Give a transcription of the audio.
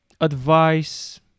Advice